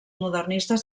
modernistes